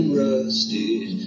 rusted